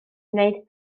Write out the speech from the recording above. wneud